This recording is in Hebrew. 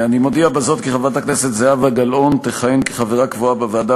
אני מודיע בזאת כי חברת הכנסת זהבה גלאון תכהן כחברה קבועה בוועדה